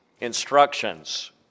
instructions